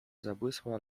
zabłysła